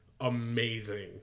amazing